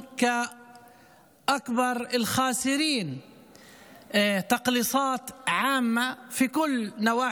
אי-אפשר לשבת פה בלי להבין.